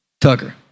Tucker